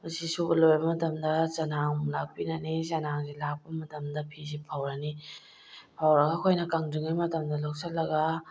ꯃꯁꯤ ꯁꯨꯕ ꯂꯣꯏꯔꯕ ꯃꯇꯝꯗ ꯆꯅꯥꯡ ꯑꯃꯨꯛ ꯂꯥꯛꯄꯤꯔꯅꯤ ꯆꯅꯥꯡꯁꯤ ꯂꯥꯛꯄ ꯃꯇꯝꯗ ꯐꯤꯁꯤ ꯐꯧꯔꯅꯤ ꯐꯧꯔꯒ ꯑꯩꯈꯣꯏꯅ ꯀꯪꯗ꯭ꯔꯤꯉꯩ ꯃꯇꯝꯗ ꯂꯧꯁꯤꯜꯂꯒ